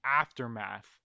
aftermath